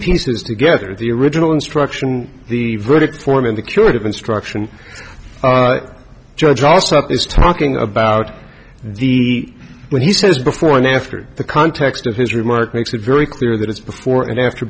pieces together the original instruction the verdict form in the curative instruction judge also is talking about the when he says before and after the context of his remark makes it very clear that it's before and after